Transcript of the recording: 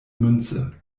münze